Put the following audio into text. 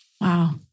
Wow